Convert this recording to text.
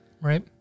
right